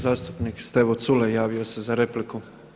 Zastupnik Stevo Culej javio se za repliku.